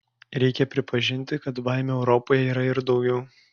reikia pripažinti kad baimių europoje yra ir daugiau